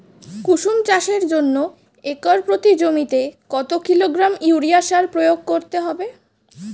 কুসুম চাষের জন্য একর প্রতি জমিতে কত কিলোগ্রাম ইউরিয়া সার প্রয়োগ করতে হবে?